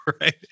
right